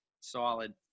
Solid